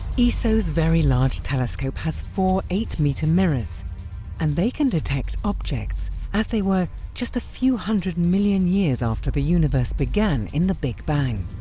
eso's very large telescope has four eight metre mirrors and they can detect objects as they were just a few hundred and million years after the universe began in the big bang!